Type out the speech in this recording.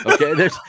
Okay